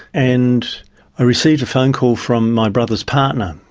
and i received a phone call from my brother's partner,